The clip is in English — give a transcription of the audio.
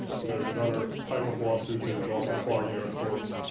there's another type of lawsuit that is also clogging our courts,